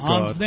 God